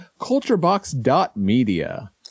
culturebox.media